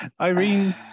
Irene